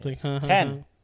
Ten